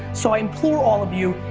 so i implore all of you,